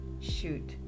shoot